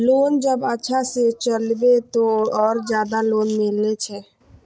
Loan जब अच्छा से चलेबे तो और ज्यादा लोन मिले छै?